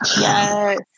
Yes